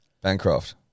Bancroft